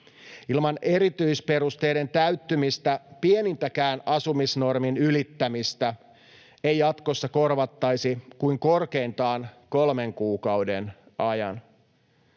Ilman erityisperusteiden täyttymistä pienintäkään asumisnormin ylittämistä ei jatkossa korvattaisi kuin korkeintaan kolmen kuukauden ajan.